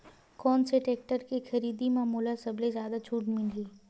कोन से टेक्टर के खरीदी म मोला सबले जादा छुट मिलही?